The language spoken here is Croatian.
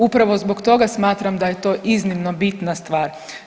Upravo zbog toga smatram da je to iznimno bitna stvar.